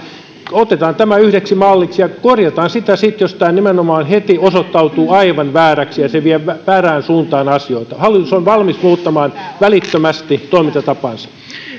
otetaan tämä yhdeksi malliksi ja korjataan sitä sitten jos tämä nimenomaan heti osoittautuu aivan vääräksi ja se vie väärään suuntaan asioita hallitus on valmis muuttamaan välittömästi toimintatapaansa